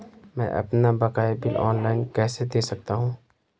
मैं अपना बकाया बिल ऑनलाइन कैसे दें सकता हूँ?